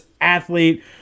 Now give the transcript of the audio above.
athlete